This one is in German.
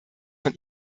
von